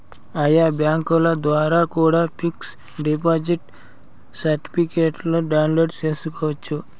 ఆయా బ్యాంకుల ద్వారా కూడా పిక్స్ డిపాజిట్ సర్టిఫికెట్ను డౌన్లోడ్ చేసుకోవచ్చు